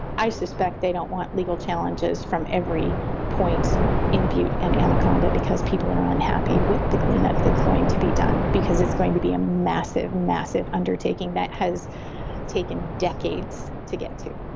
i suspect they don't want legal challenges from every point in butte and anaconda because people are unhappy with the cleanup that's going to be done because it's going to be a massive, massive undertaking that has taken decades to get to